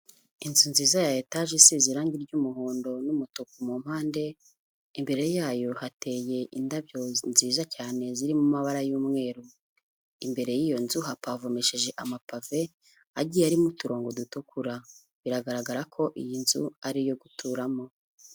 Inzu nziza ya etaje isize irangi ry'umuhondo n'umutuku mu mpande, imbere yayo hateye indabyo nziza cyane ziri mu mabara y'umweru, imbere y'iyo nzu hapavomishije amapave agiye arimo uturongo dutukura, biragaragara ko iyi nzu ari iyo guturamo.